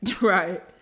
Right